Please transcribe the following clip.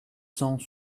cent